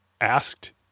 asked